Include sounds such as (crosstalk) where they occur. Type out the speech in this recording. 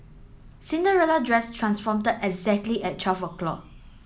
Cinderella dress transform (unintelligible) exactly at twelve o'clock